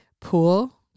pool